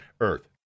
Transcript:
earth